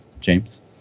James